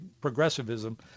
progressivism